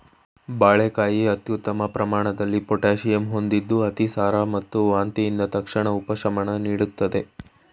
ಬಾಳೆಕಾಯಿ ಅತ್ಯುತ್ತಮ ಪ್ರಮಾಣದಲ್ಲಿ ಪೊಟ್ಯಾಷಿಯಂ ಹೊಂದಿರದ್ದು ಅತಿಸಾರ ಮತ್ತು ವಾಂತಿಯಿಂದ ತಕ್ಷಣದ ಉಪಶಮನ ನೀಡ್ತದೆ